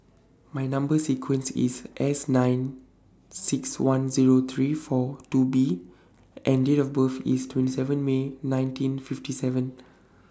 My Number sequence IS S nine six one Zero three four two B and Date of birth IS twenty seven May nineteen fifty seven